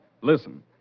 listen